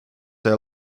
are